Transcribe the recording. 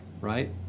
right